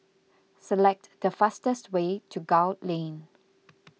select the fastest way to Gul Lane